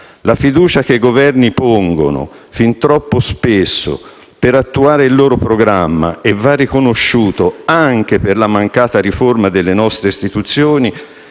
La fiducia che i Governi pongono, fin troppo spesso, per attuare il loro programma, e - va riconosciuto - anche per la mancata riforma delle nostre istituzioni,